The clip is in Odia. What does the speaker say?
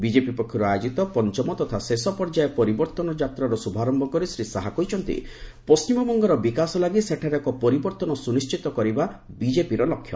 ବିଜେପି ପକ୍ଷରୁ ଆୟୋଜିତ ପଞ୍ଚମ ତଥା ଶେଷ ପର୍ଯ୍ୟାୟ ପରିବର୍ତ୍ତନ ଯାତ୍ରାର ଶୁଭାରମ୍ଭ କରି ଶ୍ରୀ ଶାହା କହିଛନ୍ତି ପଣ୍ଟିମବଙ୍ଗର ବିକାଶ ଲାଗି ସେଠାରେ ଏକ ପରିବର୍ତ୍ତନ ସୁନିଶ୍ଚିତ କରିବା ବିକେପିର ଲକ୍ଷ୍ୟ